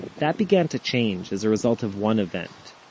that began to change, as a result of one event.